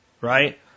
right